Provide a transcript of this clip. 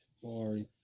Sorry